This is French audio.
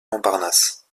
montparnasse